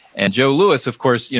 and joe louis, of course,